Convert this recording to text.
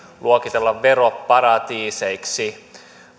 luokitella veroparatiiseiksi